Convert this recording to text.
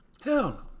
Hell